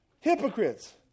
Hypocrites